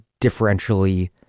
differentially